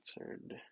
answered